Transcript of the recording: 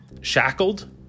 shackled